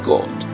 God